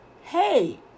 hey